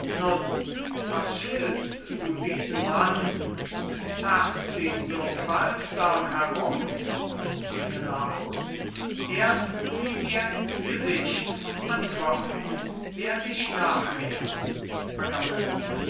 was schiltst du diesen mann und zerrst ihn so gewaltsam herum menelaus erst sieh mir ins gesicht antworten werd ich nachher